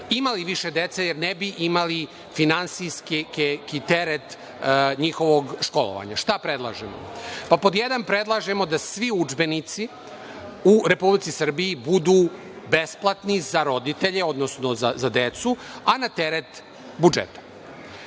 imali više dece jer ne bi imali finansijski teret njihovog školovanja. Šta predlažemo? Pod jedan, predlažemo da svi udžbenici u Republici Srbiji budu besplatni za roditelje, odnosno za decu, a na teret budžeta.